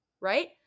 Right